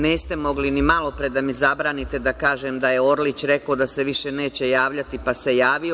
Niste mogli ni malopre da mi zabranite da kažem da je Orlić rekao da se više neće javljati, pa se javio.